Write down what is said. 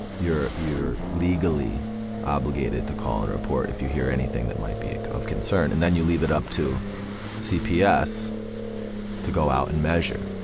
you're you're legally obligated to call and report if you hear anything that might be of concern. and then you leave it up to cps to go out and measure,